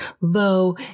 Low